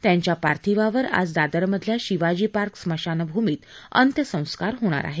त्यांच्या पार्थिवावर आज दादरमधल्या शिवाजी पार्क स्मशान भूमीत अंत्यसंस्कार होणार आहेत